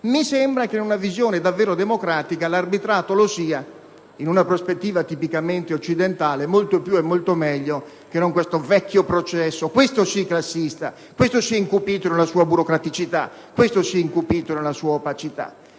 Mi sembra che in una visione veramente democratica l'arbitrato lo sia, in una prospettiva tipicamente occidentale, molto di più e molto meglio che non il vecchio processo, questo sì classista ed incupito nella sua burocraticità ed opacità.